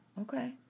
Okay